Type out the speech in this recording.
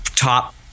top